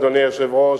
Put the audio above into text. אדוני היושב-ראש,